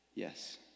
Yes